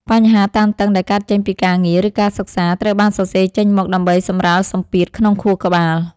បញ្ហាតានតឹងដែលកើតចេញពីការងារ ឬការសិក្សា ត្រូវបានសរសេរចេញមកដើម្បីសម្រាលសម្ពាធក្នុងខួរក្បាល។